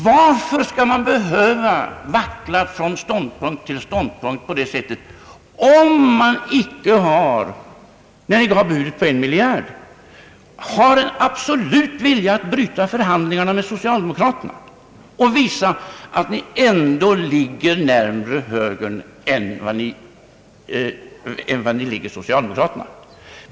Varför skall man behöva vackla från ståndpunkt till ståndpunkt på det sättet, om man icke har — när ni gav budet på 1 miljard — en absolut vilja att bryta förhandlingarna med socialdemokraterna och visa, att ni ändå ligger närmare högern än socialdemokraterna?